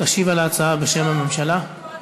תשיב על ההצעה, בשם הממשלה, לא.